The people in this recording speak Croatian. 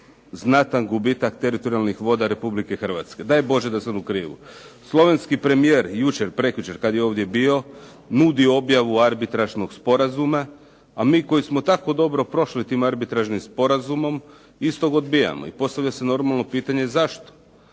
znatan gubitak teritorijalnih voda Republike Hrvatske. Daj Bože da sam u krivu? Slovenski premijer jučer, prekjučer kad je ovdje bio nudi objavu arbitražnog sporazuma, a mi koji smo tako dobro prošli tim arbitražnim sporazumom istog odbijamo i postavlja se normalno pitanje zašto.